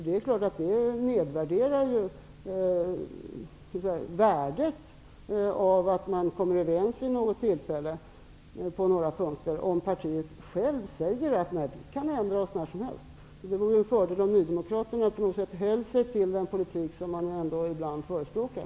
Det tar naturligtvis ner värdet om man vid något tillfälle kommer överens på några punkter om ett parti säger att man kan ändra sig när som helst. Det vore en fördel om nydemokraterna på något sätt höll sig till den politik som de ändå ibland förespråkar.